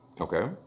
Okay